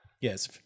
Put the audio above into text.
yes